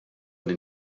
den